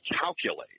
calculate